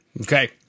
Okay